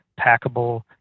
packable